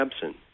absent